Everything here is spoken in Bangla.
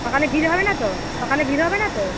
সকালে ভিড় হবে না তো সকালে ভিড় হবে না তো